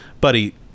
Buddy